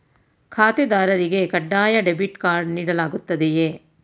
ಖಾತೆದಾರರಿಗೆ ಕಡ್ಡಾಯ debit card ನೀಡಲಾಗುತ್ತದೆಯೇ?